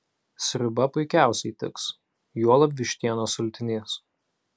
sriuba puikiausiai tiks juolab vištienos sultinys